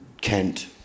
Kent